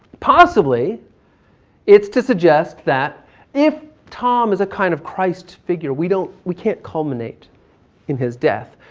possibly it's to suggest that if tom is a kind of christ figure, we don't, we can't culminate in his death.